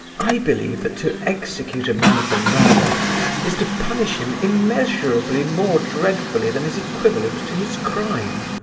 i believe that to execute a man for murder is to punish him immeasurably more dreadfully than is equivalent to his crime.